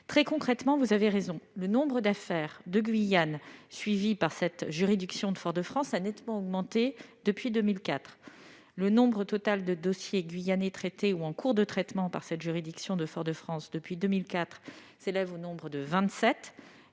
Très concrètement, vous avez raison : le nombre d'affaires de Guyane suivies par la JIRS de Fort-de-France a nettement augmenté depuis 2004. Le nombre total de dossiers guyanais traités ou en cours de traitement par cette juridiction depuis 2004 s'élève au nombre de